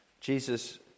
Jesus